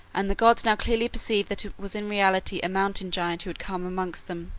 and the gods now clearly perceived that it was in reality a mountain giant who had come amongst them.